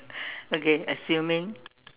okay assuming